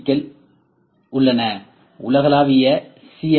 க்கள் உள்ளன உலகளாவிய சி